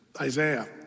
Isaiah